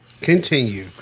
Continue